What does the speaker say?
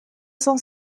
cent